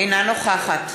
אינה נוכחת